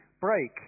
break